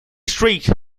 street